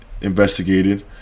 investigated